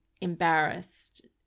embarrassed